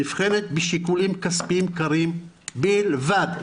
היא נבחנת בשיקולים כספיים קרים בלבד,